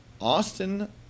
Austin